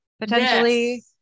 potentially